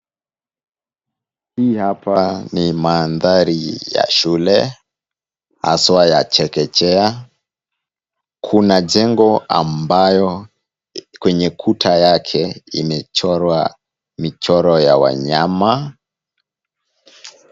Hii hapa ni mandhari ya shule haswa ya chekechea. Kuna jengo ambayo kwenye kuta yake imechorwa michoro ya wanyama.